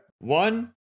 one